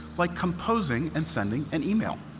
like composing and sending an email.